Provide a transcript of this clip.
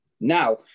now